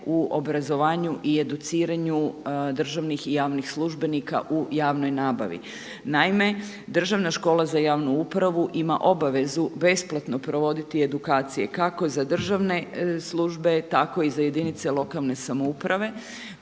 u obrazovanju i educiranju državnih i javnih službenika u javnoj nabavi. Naime, Državna škola za javnu upravu ima obavezu besplatno provoditi edukacije kako za državne službe tako i za jedinice lokalne samouprave,